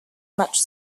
much